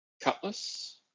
Cutlass